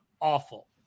awful